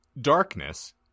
Darkness